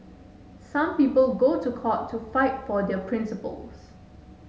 some people go to court to fight for their principles